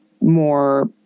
more